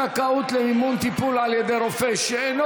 זכאות למימון טיפול על ידי רופא שאינו